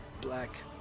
black